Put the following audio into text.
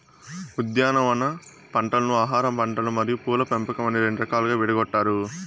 ఉద్యానవన పంటలను ఆహారపంటలు మరియు పూల పంపకం అని రెండు రకాలుగా విడగొట్టారు